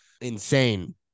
insane